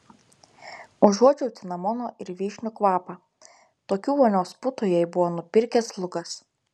užuodžiau cinamono ir vyšnių kvapą tokių vonios putų jai buvo nupirkęs lukas